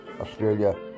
Australia